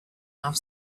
off